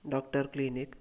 doctor clinic